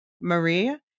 Maria